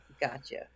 gotcha